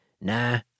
Nah